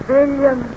William